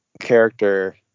Character